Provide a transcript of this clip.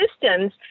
systems